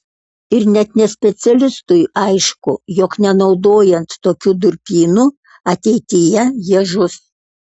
ir net nespecialistui aišku jog nenaudojant tokių durpynų ateityje jie žus